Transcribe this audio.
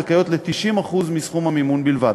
זכאיות ל90% מסכום המימון בלבד.